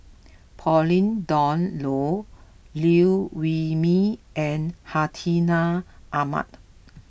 Pauline Dawn Loh Liew Wee Mee and Hartinah Ahmad